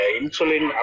insulin